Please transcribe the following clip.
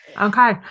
Okay